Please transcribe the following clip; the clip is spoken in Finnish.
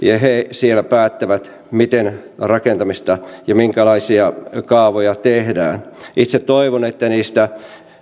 siellä päättävät miten rakentamista ja minkälaisia kaavoja tehdään itse toivon että niistä kuntien